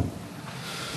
להעביר את